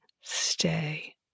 stay